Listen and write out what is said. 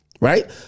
right